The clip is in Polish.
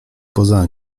poza